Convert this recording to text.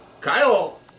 Kyle